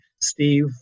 Steve